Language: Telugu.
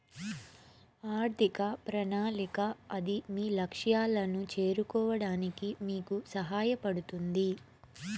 ఆర్థిక ప్రణాళిక అది మీ లక్ష్యాలను చేరుకోవడానికి మీకు సహాయపడుతుంది